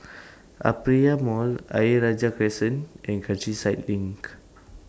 Aperia Mall Ayer Rajah Crescent and Countryside LINK